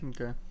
Okay